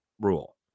rule